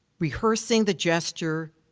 rehearsing the gesture,